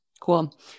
Cool